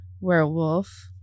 werewolf